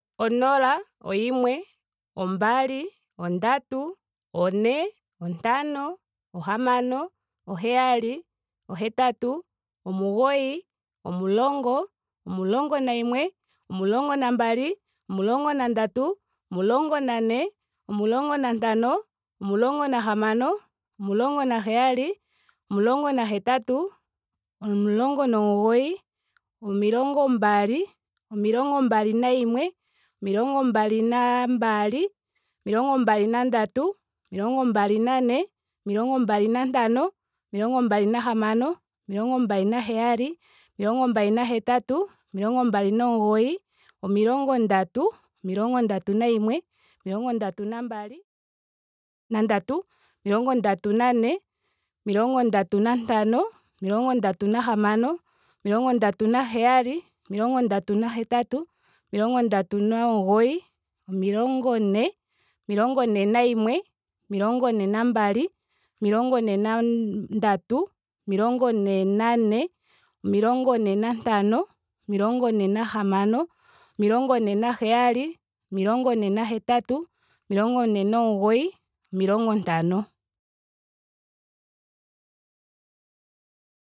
Onola. oyimwe. ombali. ondatu. one. ontano. ohamano. oheyali. ohetatu. omugoyi. omulongo. omulongo nayimwe. omulongo nambali. omulongo nandatu. omulongo nane. omulonga nantano. omulongo nahamano. omulongo naheyali. omulongo nahetatu. omulongo nomugoyi. omilongo mbali. omilongo mbali nayimwe. omilongo mbali na mbli. omilongo mbali nandatu. omilongo mbali nane. omilongo mbali nantano. omilongo mbali nahamano. omilongo mbali naheyali. omlongo mbali nahetatu. omilongo mbali nomugoyi. omilongo ndatu. omilongo ndatu nandatu. omilongo ndatu nane. omilongo ndatu nantano. omilongo ndatu nahamano. omilongo ndatu naheyali. omilongo ndatu nahetatu. omilongo ndatu nomugoyi. omilongo ne. omilongo ne nayimwe. omilongo ne nambali. omilongo ne na ndatu. omilongo ne na ne. omilongo ne nantano. omilongo ne nahamano. omilongo ne naheyali. omilongo ne nahetatu. omilongo ne nomugoyi. omilongo ndano.